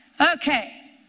Okay